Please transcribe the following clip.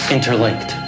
Interlinked